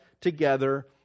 together